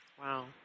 Wow